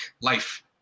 life